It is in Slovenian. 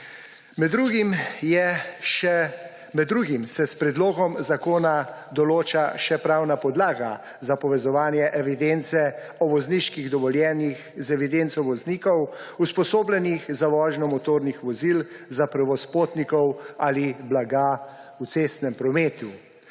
Med drugim se s predlogom zakona določa še pravna podlaga za povezovanje evidence o vozniških dovoljenjih z evidenco voznikov, usposobljenih za vožnjo motornih vozil za prevoz potnikov ali blaga v cestnem prometu.